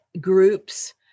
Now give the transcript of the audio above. groups